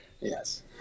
Yes